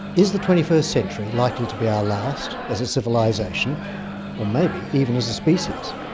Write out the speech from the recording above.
is the twenty first century likely to be our last, as a civilization or maybe even as a species?